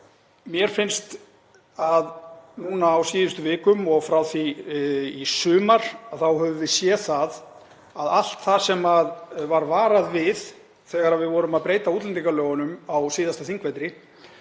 Mér finnst að núna á síðustu vikum og frá því í sumar höfum við séð að allt það sem var varað við þegar við vorum að breyta útlendingalögunum á síðasta þingvetri